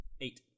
eight